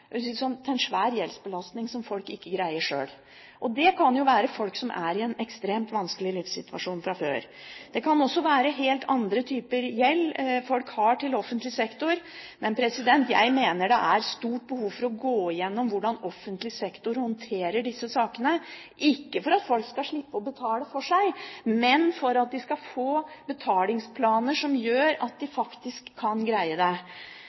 gjeldsbelastning som folk ikke greier sjøl. Det kan jo være folk som er i en ekstremt vanskelig livssituasjon fra før. Det kan også være helt andre typer gjeld folk har til offentlig sektor. Men jeg mener det er et stort behov for å gå gjennom hvordan offentlig sektor håndterer disse sakene, ikke for at folk skal slippe å betale for seg, men for at de skal få betalingsplaner som gjør at de faktisk kan greie å betale. Nå i disse strømregningstider er det